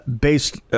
based